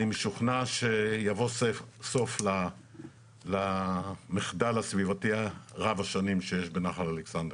אני משוכנע שיבוא סוף למחדל הסביבתי רב השנים שיש בנחל אלכסנדר.